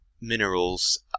minerals